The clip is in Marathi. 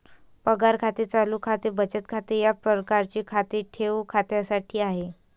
पगार खाते चालू खाते बचत खाते या प्रकारचे खाते ठेव खात्यासाठी आहे